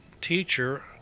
teacher